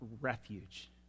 refuge